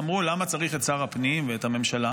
אמרו: למה צריך את שר הפנים ואת הממשלה?